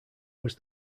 was